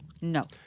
No